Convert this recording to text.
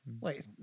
Wait